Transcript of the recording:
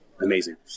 amazing